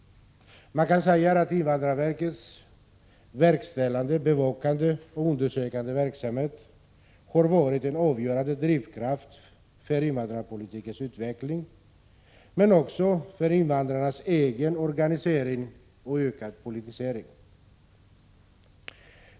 Man kan säga att invandrarverkets verkställande, bevakande och undersökande verksamhet har varit en avgörande drivkraft för invandrarpolitikens utveckling, men också för invandrarnas egen organisering och ökade politisering.